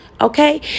okay